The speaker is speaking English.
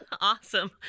Awesome